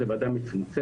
זו ועדה מצומצמת,